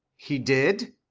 he did.